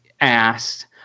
asked